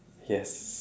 yes